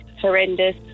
horrendous